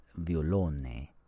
violone